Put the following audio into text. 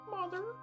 mother